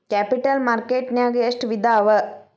Capital market ನ್ಯಾಗ್ ಎಷ್ಟ್ ವಿಧಾಅವ?